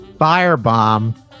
Firebomb